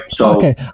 Okay